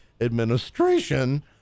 administration